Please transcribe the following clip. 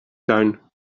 tuin